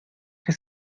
que